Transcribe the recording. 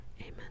Amen